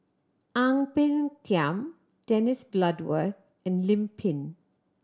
Ang Peng Tiam Dennis Bloodworth and Lim Pin